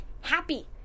happy